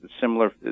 Similar